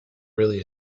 really